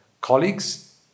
colleagues